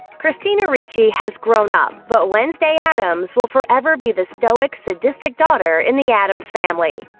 christina ricci has grown up, but wednesday addams will forever be the stoic, sadistic daughter in the addams family.